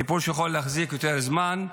זה טיפול שיכול להחזיק יותר זמן,